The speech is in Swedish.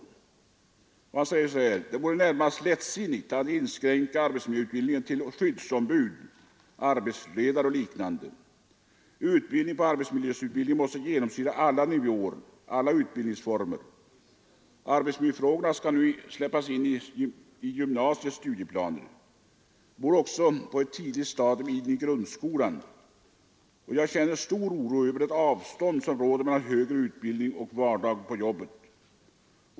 Under rubriken ”Utbilda chefen” säger han enligt Metallarbetaren: ”Det vore närmast lättsinnigt att inskränka arbetsmiljöutbildningen till skyddsombud, arbetsledare och liknande. Utbildningen på arbetsmiljöområdet måste genomsyra alla nivåer och alla utbildningsformer. Arbetsmiljöfrågorna ska nu släppas in i gymnasieskolans studieplaner. De borde också in på ett tidigt stadium i grundskolan. Och jag känner stor oro över det avstånd som råder mellan högre utbildning och vardag på jobbet.